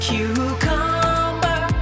Cucumber